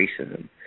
racism